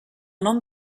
nom